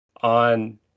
On